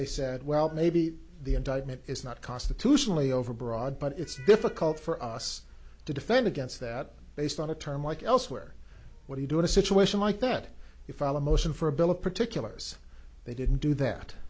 they said well maybe the indictment is not constitutionally overbroad but it's difficult for us to defend against that based on a term like elsewhere what do you do in a situation like that you file a motion for a bill of particulars they didn't do